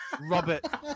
Robert